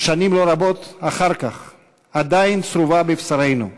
שנים לא רבות אחר כך עדיין צרובה בבשרנו,